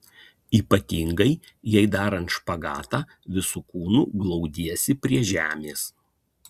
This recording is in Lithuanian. ypatingai jei darant špagatą visu kūnu glaudiesi prie žemės